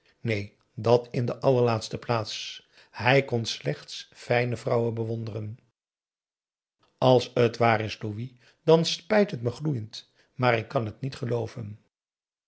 neen dat in de allerlaatste plaats hij kon slechts fijne vrouwen bewonderen p a daum hoe hij raad van indië werd onder ps maurits als het waar is louis dan spijt het me gloeiend maar ik kan het niet gelooven